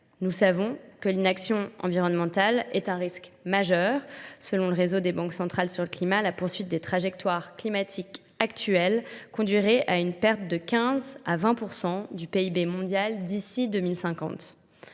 Nous savons que l'inaction environnementale est un risque majeur. Selon le réseau des banques centrales sur le climat, la poursuite des trajectoires climatiques actuelles conduirait à une perte de 15 à 20 % du PIB mondial d'ici 2050.